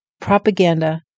propaganda